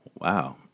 Wow